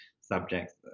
subjects